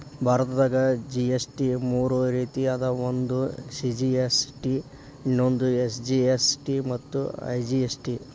ಭಾರತದಾಗ ಜಿ.ಎಸ್.ಟಿ ಮೂರ ರೇತಿ ಅದಾವ ಒಂದು ಸಿ.ಜಿ.ಎಸ್.ಟಿ ಇನ್ನೊಂದು ಎಸ್.ಜಿ.ಎಸ್.ಟಿ ಮತ್ತ ಐ.ಜಿ.ಎಸ್.ಟಿ